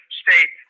state